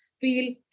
feel